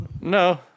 No